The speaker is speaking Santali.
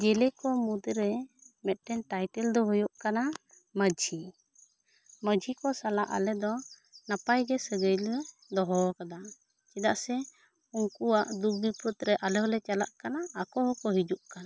ᱡᱮᱞᱮ ᱠᱚ ᱢᱩᱫᱽᱨᱮ ᱢᱤᱫᱴᱮᱱ ᱴᱟᱭᱴᱮᱞ ᱫᱚ ᱦᱩᱭᱩᱜ ᱠᱟᱱᱟ ᱢᱟ ᱡᱷᱤ ᱢᱟ ᱡᱷᱤ ᱠᱚ ᱥᱟᱞᱟᱜ ᱟᱞᱮ ᱫᱚ ᱱᱟᱯᱟᱭ ᱜᱮ ᱥᱟᱹᱜᱟᱹᱭ ᱞᱮ ᱫᱚᱦᱚ ᱟᱠᱟᱫᱟ ᱪᱮᱫᱟᱜ ᱥᱮ ᱩᱱᱠᱩᱣᱟᱜ ᱫᱩᱠᱵᱤᱯᱚᱫ ᱨᱮ ᱟᱞᱮ ᱦᱚᱸ ᱞᱮ ᱪᱟᱞᱟᱜ ᱠᱟᱱᱟ ᱟᱠᱚ ᱦᱚᱸ ᱠᱚ ᱦᱤᱡᱩᱜ ᱠᱟᱱᱟ